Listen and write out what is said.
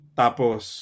tapos